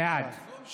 בעד דוד